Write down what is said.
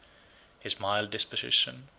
his mild disposition,